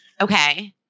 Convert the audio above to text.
Okay